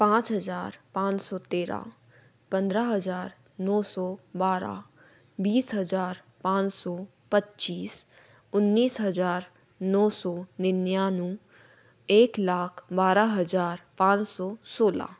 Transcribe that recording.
पाँच हज़ार पाँच सौ तेरह पंद्रह हज़ार नौ सौ बारह बीस हज़ार पाँच सौ पच्चीस उन्नीस हज़ार नौ सौ निन्यानवे एक लाख बारह हज़ार पाँच सौ सोलह